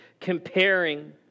Comparing